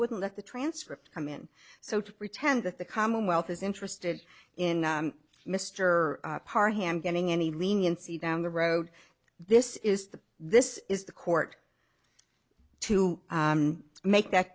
wouldn't let the transcript come in so to pretend that the commonwealth is interested in mr parr ham getting any leniency down the road this is the this is the court to make that